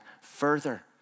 further